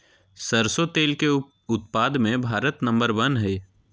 सरसों तेल के उत्पाद मे भारत नंबर वन हइ